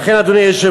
לכן, אדוני היושב-ראש,